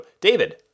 David